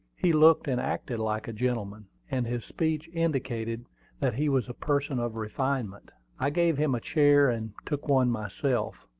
he looked and acted like a gentleman, and his speech indicated that he was a person of refinement. i gave him a chair, and took one myself.